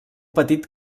petit